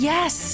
Yes